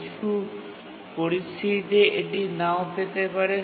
কিছু পরিস্থিতিতে এটি নাও পেতে পারে